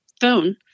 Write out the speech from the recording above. phone